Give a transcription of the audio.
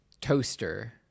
toaster